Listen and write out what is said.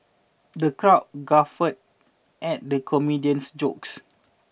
the crowd guffawed at the comedian's jokes